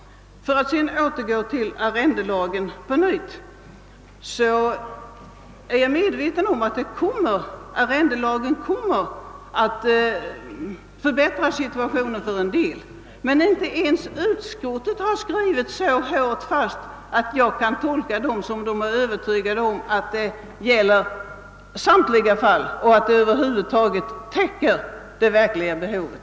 För att återgå till arrendelagen, så är jag medveten om att denna kommer att förändra situationen för en del. Men utskottsmajoriteten har inte skrivit så bestämt att jag vågar tolka dess uttalande så, att det gäller samtliga fall och täcker det verkliga behovet.